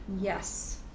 yes